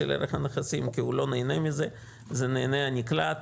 של ערך הנכסים כי הוא לא נהנה מזה אלא נהנה הנקלט.